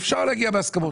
שבהם אפשר להגיע להסכמות.